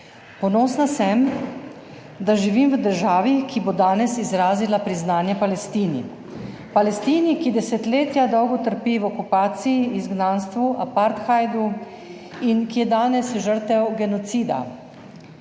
Ponosna sem, da živim v državi, ki bo danes izrazila priznanje Palestini. Palestini, ki desetletja dolgo trpi v okupaciji, izgnanstvu, apartheidu in ki je danes žrtev genocida,